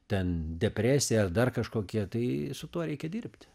ten depresija ar dar kažkokie tai su tuo reikia dirbti